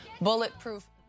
bulletproof